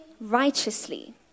righteously